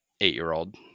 eight-year-old